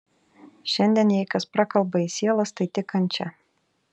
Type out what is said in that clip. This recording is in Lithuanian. šiandien jei kas prakalba į sielas tai tik kančia